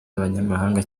abanyamahanga